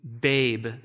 babe